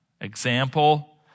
example